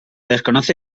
desconoce